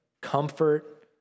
comfort